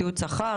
תיעוד שכר,